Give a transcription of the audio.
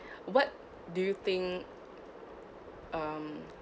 what do you think um